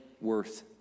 worth